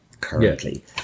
currently